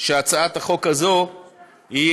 שהצעת החוק הזאת היא